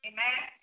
Amen